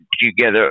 together